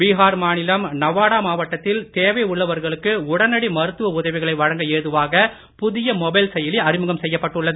பீஹார் மாநிலம் நவாடா மாவட்டத்தில் தேவை உள்ளவர்களுக்கு உடனடி மருத்துவ உதவிகளை வழங்க ஏதுவாக புதிய மொபைல் செயலி அறிமுகம் செய்யப்பட்டுள்ளது